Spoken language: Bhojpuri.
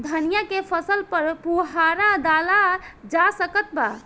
धनिया के फसल पर फुहारा डाला जा सकत बा?